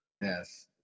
Yes